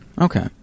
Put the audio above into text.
Okay